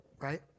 right